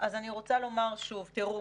אז אני רוצה לומר שוב: תראו,